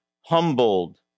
humbled